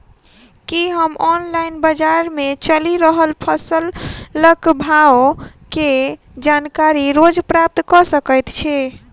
की हम ऑनलाइन, बजार मे चलि रहल फसलक भाव केँ जानकारी रोज प्राप्त कऽ सकैत छी?